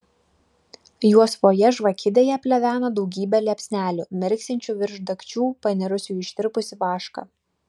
juosvoje žvakidėje pleveno daugybė liepsnelių mirksinčių virš dagčių panirusių į ištirpusį vašką